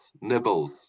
Nibbles